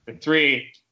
Three